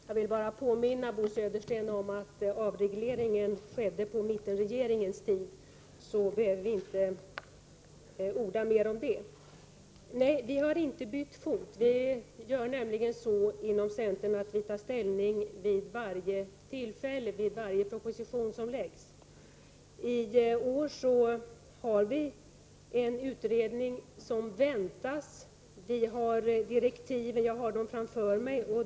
Herr talman! Jag vill bara påminna Bo Södersten om att det var på mittenregeringens tid som det skedde en avreglering. Men vi behöver inte orda mer om den saken. Nej, vi har inte bytt fot. Det är nämligen så, att vi i centern varje gång en proposition läggs fram tar ställning till de olika förslagen. I år väntas ju en utredning lämna besked i dessa frågor. Jag har Kommittédirektiv 1983 framför mig.